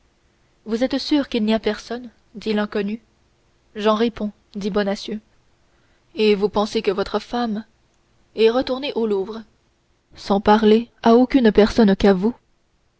vous êtes sûr qu'il n'y a personne dit l'inconnu j'en réponds dit bonacieux et vous pensez que votre femme est retournée au louvre sans parler à aucune personne qu'à vous